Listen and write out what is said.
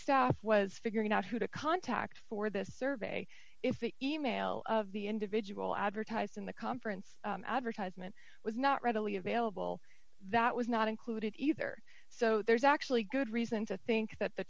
staff was figuring out who to contact for this survey if the e mail of the individual advertised in the conference advertisement was not readily available that was not included either so there's actually good reason to think that the